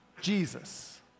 Jesus